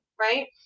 right